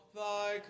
thy